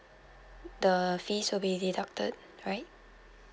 the fees will be deducted right